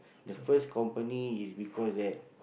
the first company is because that